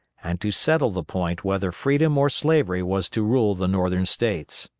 and to settle the point whether freedom or slavery was to rule the northern states.